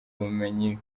ubumenyi